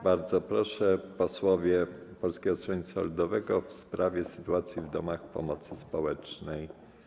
Bardzo proszę, posłowie Polskiego Stronnictwa Ludowego w sprawie sytuacji w domach pomocy społecznej.